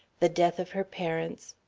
the death of her parents,